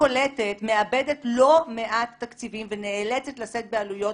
קולטת מאבדת לא מעט תקציבים ונאלצת לשאת בעלויות,